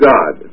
God